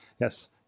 Yes